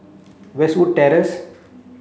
Westwood Terrace